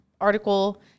article